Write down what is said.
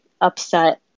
upset